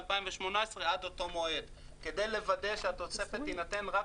ב-2018 עד אותו מועד..." כדי לוודא שהתוספת תינתן רק